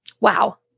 Wow